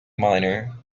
minor